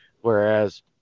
whereas